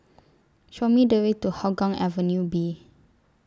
Show Me The Way to Hougang Avenue B